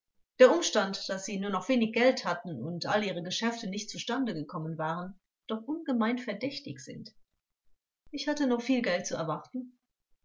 der umstand daß sie nur noch wenig geld hatten und alle ihre geschäfte nicht zustande gekommen waren doch ungemein verdächtig ist angekl ich hatte noch viel geld zu erwarten